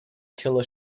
killer